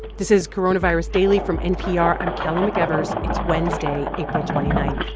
this is coronavirus daily from npr. i'm kelly mcevers. it's wednesday, april twenty nine